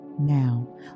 Now